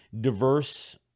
diverse